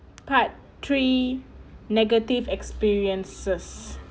part three negative experiences